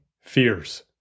fears